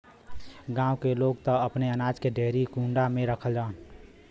गांव के लोग त अपने अनाज के डेहरी कुंडा में रखलन